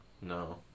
No